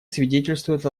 свидетельствуют